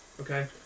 Okay